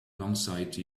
alongside